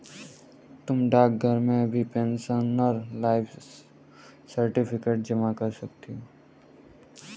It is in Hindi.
तुम डाकघर में भी पेंशनर लाइफ सर्टिफिकेट जमा करा सकती हो